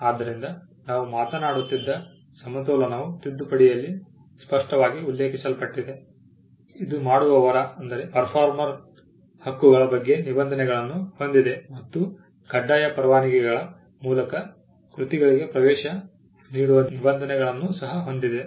ಆದ್ದರಿಂದ ನಾವು ಮಾತನಾಡುತ್ತಿದ್ದ ಸಮತೋಲನವು ತಿದ್ದುಪಡಿಯಲ್ಲಿ ಸ್ಪಷ್ಟವಾಗಿ ಉಲ್ಲೇಖಿಸಲ್ಪಟ್ಟಿದೆ ಇದು ಮಾಡುವವರ ಹಕ್ಕುಗಳ ಬಗ್ಗೆ ನಿಬಂಧನೆಗಳನ್ನು ಹೊಂದಿದೆ ಮತ್ತು ಕಡ್ಡಾಯ ಪರವಾನಗಿಗಳ ಮೂಲಕ ಕೃತಿಗಳಿಗೆ ಪ್ರವೇಶ ನೀಡುವ ನಿಬಂಧನೆಗಳನ್ನು ಸಹ ಹೊಂದಿದೆ